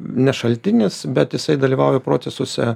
ne šaltinis bet jisai dalyvauja procesuose